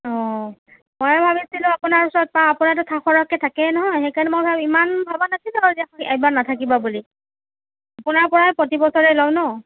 অ মই ভাবিছিলোঁ আপোনাৰ ওচৰত পাম আপোনাৰটো সৰহকৈ থাকেই নহয় সেইকাৰণে মই ভাবিছোঁ ইমান ভবা নাছিলো আৰু যে এইবাৰ নাথাকিব বুলি আপোনাৰে পৰা প্ৰতি বছৰে লওঁ ন'